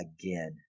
again